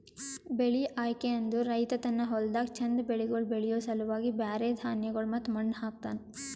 ಬೆಳಿ ಆಯ್ಕೆ ಅಂದುರ್ ರೈತ ತನ್ನ ಹೊಲ್ದಾಗ್ ಚಂದ್ ಬೆಳಿಗೊಳ್ ಬೆಳಿಯೋ ಸಲುವಾಗಿ ಬ್ಯಾರೆ ಧಾನ್ಯಗೊಳ್ ಮತ್ತ ಮಣ್ಣ ಹಾಕ್ತನ್